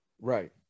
Right